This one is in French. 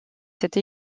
cette